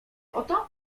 oto